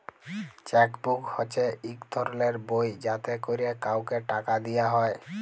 cheque book হছে ইক ধরলের বই যাতে ক্যরে কাউকে টাকা দিয়া হ্যয়